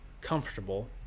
comfortable